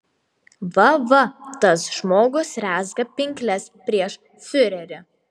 va va tas žmogus rezga pinkles prieš fiurerį